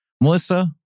Melissa